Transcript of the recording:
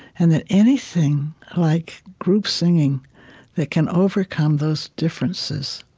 and that anything like group singing that can overcome those differences,